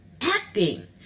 acting